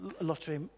lottery